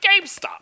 GameStop